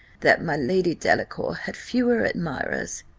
that my lady delacour had fewer admirers,